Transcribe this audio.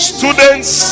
Students